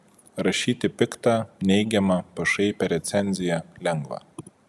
rašyti piktą neigiamą pašaipią recenziją lengva